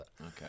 Okay